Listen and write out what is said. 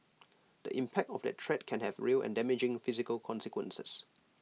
the impact of that threat can have real and damaging physical consequences